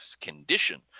condition